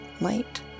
light